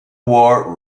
war